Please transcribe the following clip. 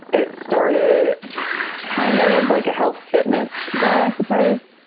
it started kind of as like a health fitness goal, i suppose